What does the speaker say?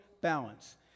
balance